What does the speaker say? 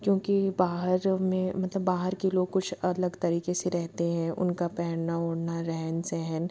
क्योंकि बाहर में मतलब बाहर के लोग कुछ अलग तरीके से रहते हैं उनका पहनना ओढ़ना रहन सहन